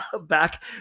back